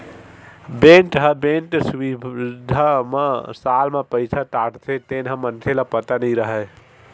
bank ह bank सुबिधा म साल म पईसा काटथे तेन ह मनखे ल पता नई रहय